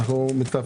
מצטרף לרביזיה.